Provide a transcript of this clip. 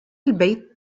البيت